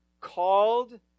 called